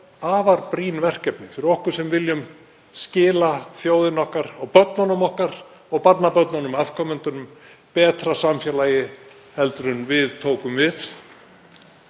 afar brýn verkefni fyrir okkur sem viljum skila þjóðinni okkar og börnunum okkar og barnabörnum, afkomendunum, betra samfélagi en við tókum við